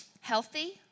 healthy